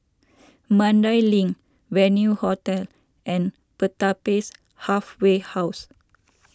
Mandai Link Venue Hotel and Pertapis Halfway House